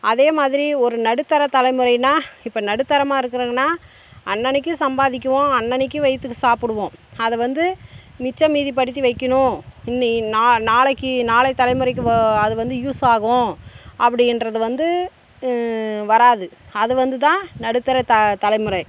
அதே மாதிரி ஒரு நடுத்தர தலைமுறைன்னா இப்போ நடுத்தரமாக இருக்கிறவங்கன்னா அன்னன்னைக்கு சம்பாதிக்குவோம் அன்னன்னைக்கு வயித்துக்கு சாப்பிடுவோம் அது வந்து மிச்சம் மீதி படுத்தி வைக்கணும் என்ன நான் நாளைக்கு நாளைய தலைமுறைக்கு வ அது வந்து யூஸ் ஆகும் அப்படின்றது வந்து வராது அது வந்து தான் நடுத்தர த தலைமுறை